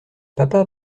papa